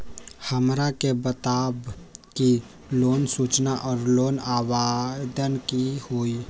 हमरा के बताव कि लोन सूचना और लोन आवेदन की होई?